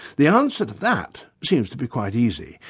the answer to that seems to be quite easy.